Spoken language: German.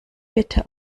bitte